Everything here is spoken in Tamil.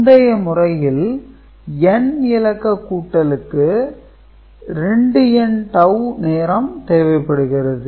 முந்தைய முறையில் n இலக்க கூட்டலுக்கு 2n டவூ நேரம் தேவைப்படுகிறது